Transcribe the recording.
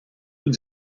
тут